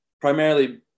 primarily